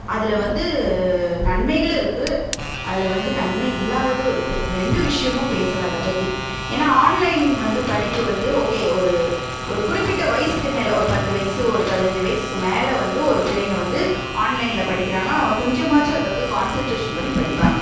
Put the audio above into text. அதில் வந்து நன்மைகளும் இருக்குது அதில் வந்து நன்மை இல்லாததும் இருக்குது ரெண்டு விஷயமும் பேசலாம் இதை பற்றி ஏன்னா ஆன்லைன் வந்து படிப்பு வந்து ஓகே ஒரு ஒரு குறிப்பிட்ட வயசுக்கு மேலே ஒரு பத்து வயது ஒரு பதினஞ்சு வயசுக்கு மேலே வந்து ஒரு பிள்ளைங்கள் வந்து ஆன்லைன்ல படிக்கிறாங்கன்னால் அவங்க கொஞ்சமாச்சும் அதை வந்து கான்செண்ட்ரேஷன் பண்ணி படிப்பாங்கள்